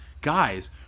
guys